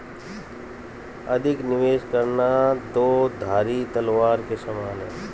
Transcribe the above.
अधिक निवेश करना दो धारी तलवार के समान है